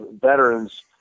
veterans